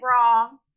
wrong